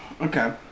Okay